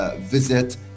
visit